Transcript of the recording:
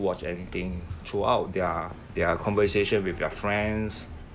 watch anything throughout their their conversation with their friends